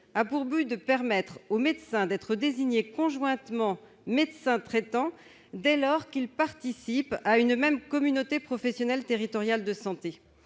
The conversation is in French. a pour but de permettre aux médecins d'être désignés conjointement médecins traitants dès lors qu'ils participent à une même communauté professionnelle territoriale de santé.